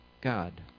God